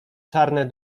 czarne